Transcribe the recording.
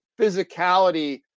physicality